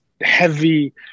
heavy